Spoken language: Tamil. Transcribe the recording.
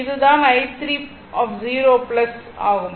இது தான் i30 ஆகும்